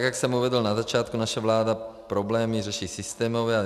Jak jsem uvedl na začátku, naše vláda problémy řeší systémově.